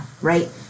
right